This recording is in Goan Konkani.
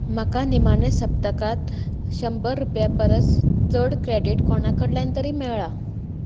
म्हाका निमाणे सप्तकात शंबर रुपया परस चड क्रेडीट कोणा कडल्यान तरी मेळ्ळां